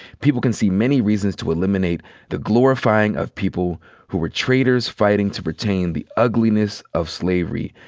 people can see many reasons to eliminate the glorifying of people who were traitors fighting to retain the ugliness of slavery,